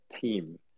team